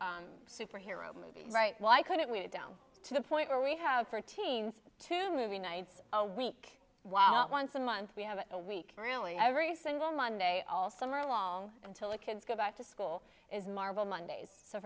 or superhero movie right why couldn't we get down to the point where we have for teens to movie nights a week while not once a month we have a week really every single monday all summer long until the kids go back to school is marvel mondays so